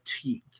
teeth